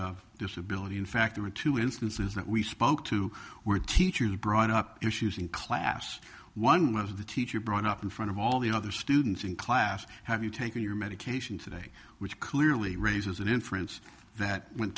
of disability in fact there were two instances that we spoke to where teachers brought up issues in class one was the teacher brought up in front of all the other students in class have you taken your medication today which clearly raises an inference that when